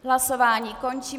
Hlasování končím.